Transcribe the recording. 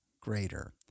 greater